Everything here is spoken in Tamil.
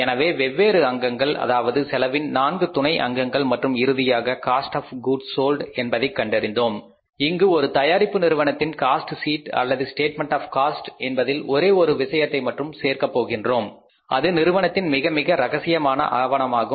எனவே வெவ்வேறு அங்கங்கள் அதாவது செலவில் நான்கு துணை அங்கங்கள் மற்றும் இறுதியாக காஸ்ட் ஆஃ கூட்ஸ் சோல்டு என்பதை கண்டறிந்தோம் இங்கு ஒரு தயாரிப்பு நிறுவனத்தின் காஸ்ட் ஷீட் அல்லது ஸ்டேட்மெண்ட் ஆஃ காஸ்ட் என்பதில் ஒரே ஒரு விஷயத்தை மட்டும் சேர்க்கப் போகிறோம் அது நிறுவனத்தின் மிக மிக ரகசியமான ஆவணமாகும்